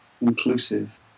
inclusive